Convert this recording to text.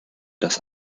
das